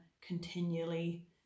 continually